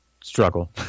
struggle